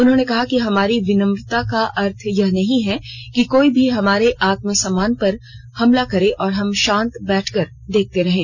उन्होंने कहा कि हमारी विनम्रता का अर्थ यह नहीं है कि कोई भी हमारे आत्मसम्मान पर हमला करे और हम शांत बैठकर देखते रहें